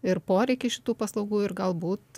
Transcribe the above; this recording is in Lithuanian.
ir poreikį šitų paslaugų ir galbūt